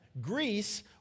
Greece